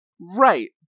Right